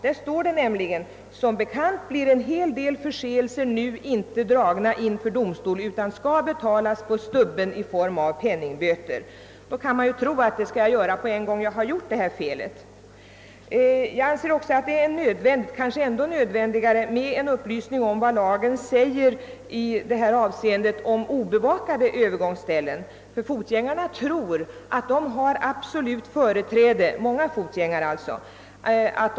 Det står i tidningarna att »som bekant blir en hel del förseelser nu inte dragna inför domstol utan skall betalas ”på stubben” i form av penningböter». Då kan man ju tro att böterna skall betalas omedelbart sedan man gjort felet. Det är kanske ändå nödvändigare med upplysning om vad lagen säger om obevakade övergångsställen. Många fotgängare tror att de har absolut företräde också där.